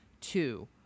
Two